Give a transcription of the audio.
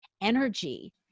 energy